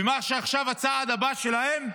ומה עכשיו הצעד הבא שלהם?